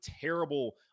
terrible